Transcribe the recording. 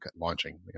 launching